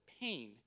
pain